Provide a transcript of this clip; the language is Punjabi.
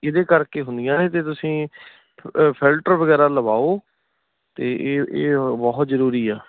ਇਹਦੇ ਕਰਕੇ ਹੁੰਦੀਆਂ ਨੇ ਅਤੇ ਤੁਸੀਂ ਫਿਲਟਰ ਵਗੈਰਾ ਲਵਾਓ ਅਤੇ ਇਹ ਇਹ ਬਹੁਤ ਜ਼ਰੂਰੀ ਆ